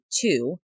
two